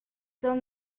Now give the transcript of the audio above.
son